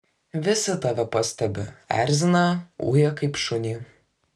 visi tave pastebi erzina uja kaip šunį